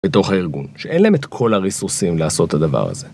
בתוך הארגון, שאין להם את כל הריסוסים לעשות את הדבר הזה.